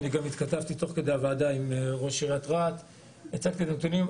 התכתבתי תוך כדי הוועדה עם ראש עיריית רהט והצגתי לו את הנתונים.